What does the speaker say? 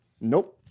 Nope